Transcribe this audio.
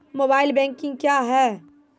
Mobile banking क्या हैं?